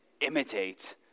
imitate